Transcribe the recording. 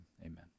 amen